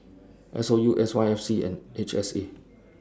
S O U S Y F C and H S A